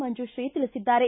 ಮಂಜುತ್ರೀ ತಿಳಿಸಿದ್ದಾರೆ